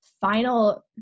final